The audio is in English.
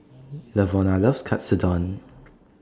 Lavona loves Katsudon